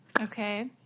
Okay